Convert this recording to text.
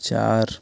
চার